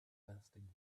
bursting